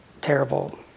terrible